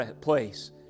place